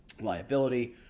liability